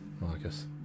Marcus